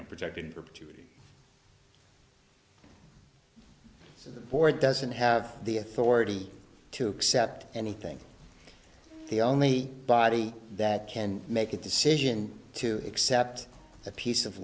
know project in perpetuity so the board doesn't have the authority to accept anything the only body that can make a decision to accept a piece of